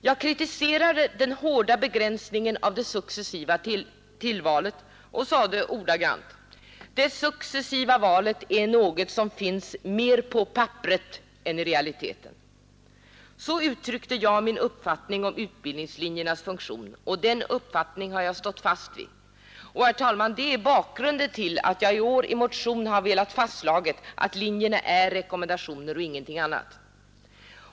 Jag kritiserade den hårda begränsningen av det successiva tillvalet och sade ordagrant: ”——— det successiva valet är något som finns mer på papperet än i realiteten.” Så uttrycket jag min uppfattning om utbildningslinjernas funktion, och den uppfattningen har jag stått fast vid. Det är, herr talman, bakgrunden till att jag i år i motion har velat få fastslaget att linjerna är rekommendationer och ingenting annat.